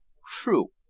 true,